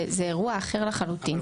זה אירוע אחר לחלוטין.